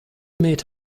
meet